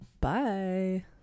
bye